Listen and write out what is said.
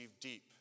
deep